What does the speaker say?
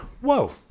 whoa